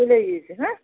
سُلے ییزِ ہا